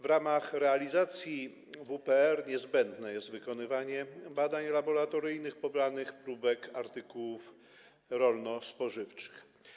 W ramach realizacji WPR niezbędne jest wykonywanie badań laboratoryjnych pobranych próbek artykułów rolno-spożywczych.